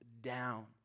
down